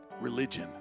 religion